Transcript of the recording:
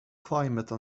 climate